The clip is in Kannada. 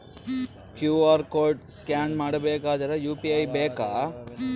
ಕ್ಯೂ.ಆರ್ ಕೋಡ್ ಸ್ಕ್ಯಾನ್ ಮಾಡಬೇಕಾದರೆ ಯು.ಪಿ.ಐ ಬೇಕಾ?